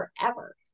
forever